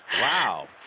Wow